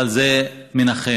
אבל זה מנחם.